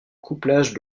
couplage